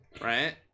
right